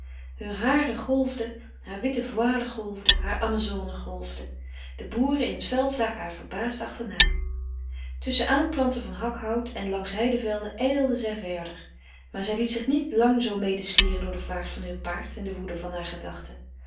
heure haren golfden hare witte voile golfde hare amazone golfde de boeren in het veld zagen haar verbaasd achterna tusschen aanplanten van hakhout en langs heidevelden ijlde zij verder maar zij liet zich niet lang zoo medeslieren door de vaart van heur paard en de woede harer gedachten